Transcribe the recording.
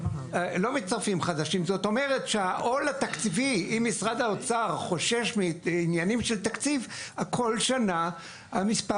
זאת אומרת שהעול התקציבי והעניינים של תקציב כל שנה המספר